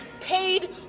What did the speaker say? paid